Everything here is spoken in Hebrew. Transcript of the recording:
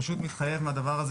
פשוט מתחייב מהדבר הזה,